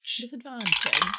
Disadvantage